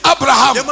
Abraham